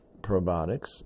probiotics